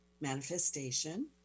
manifestation